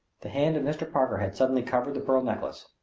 the hand of mr. parker had suddenly covered the pearl necklace.